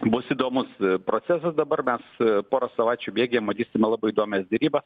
bus įdomus procesas dabar mes pora savaičių bėgyje matysime labai įdomias derybas